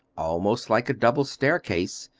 almost like a double staircase,